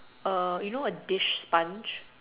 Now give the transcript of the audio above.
err you know a dish sponge